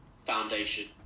foundation